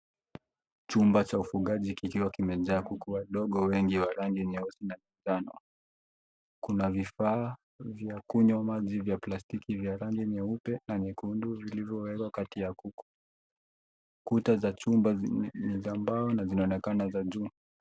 Chumba cha ufugaji kikiwa kimejaa kuku wadogo wengi wa rangi nyeusi na manjano. Kuna vifaa vya kunywa maji vya plastiki vya rangi nyeupe na nyekundu vilivyowekwa kati ya kuku. Kuta za chumba ni za mbao na zinaonekana za juu.